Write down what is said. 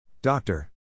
Doctor